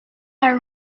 are